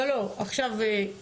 לא, לא, עכשיו, כן,